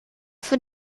für